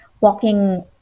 walking